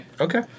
Okay